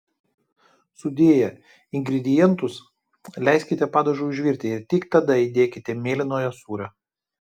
sudėję ingredientus leiskite padažui užvirti ir tik tada įdėkite mėlynojo sūrio